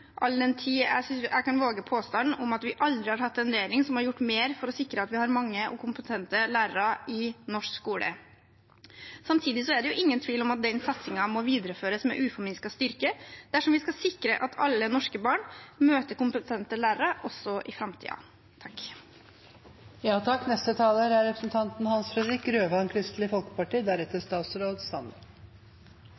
all den tid jeg kan våge påstanden at vi aldri har hatt en regjering som har gjort mer for å sikre at vi har mange og kompetente lærere i norsk skole. Samtidig er det ingen tvil om at den satsingen må videreføres med uforminsket styrke dersom vi skal sikre at alle norske barn møter kompetente lærere også i framtiden. Det er ingen tvil om at vi har et behov for betydelig flere kvalifiserte lærere de neste